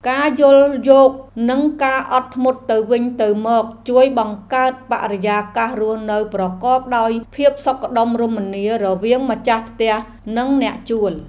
ការយល់យោគនិងការអត់ធ្មត់ទៅវិញទៅមកជួយបង្កើតបរិយាកាសរស់នៅប្រកបដោយភាពសុខដុមរមនារវាងម្ចាស់ផ្ទះនិងអ្នកជួល។